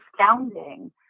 astounding